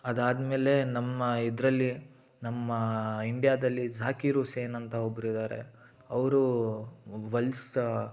ಅದಾದಮೇಲೆ ನಮ್ಮ ಇದರಲ್ಲಿ ನಮ್ಮ ಇಂಡಿಯಾದಲ್ಲಿ ಝಾಕೀರ್ ಹುಸೇನ್ ಅಂತ ಒಬ್ರಿದಾರೆ ಅವರು ಹೊಲ್ಸು